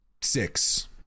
Six